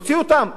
הוציאו אותם.